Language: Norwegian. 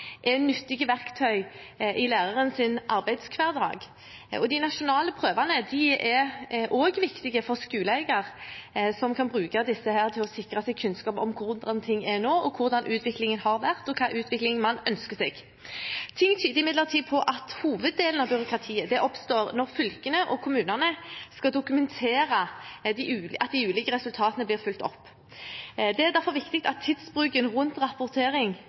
er nyttige verktøy i lærerens arbeidshverdag. De nasjonale prøvene er også viktige for skoleeieren, som kan bruke disse til å sikre seg kunnskap om hvordan ting er nå, hvordan utviklingen har vært, og hvilken utvikling man ønsker seg. Ting tyder imidlertid på at hoveddelen av byråkratiet oppstår når fylkene og kommunene skal dokumentere at de ulike resultatene blir fulgt opp. Det er derfor viktig at tidsbruken rundt rapportering